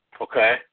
okay